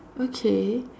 okay